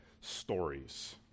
stories